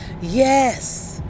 Yes